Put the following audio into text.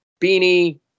beanie